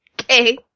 Okay